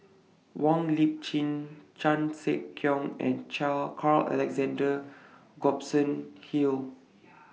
Wong Lip Chin Chan Sek Keong and Carl Alexander Gibson Hill